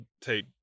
take